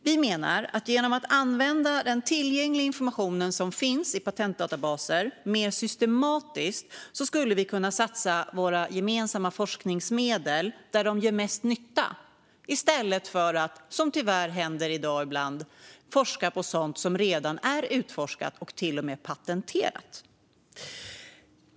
Vi menar att genom att använda den tillgängliga information som finns i patentdatabaser mer systematiskt skulle vi kunna satsa våra gemensamma forskningsmedel där de gör mest nytta i stället för att, vilket i dag tyvärr händer ibland, forska på sådant som redan är utforskat och till och med patenterat.